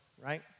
right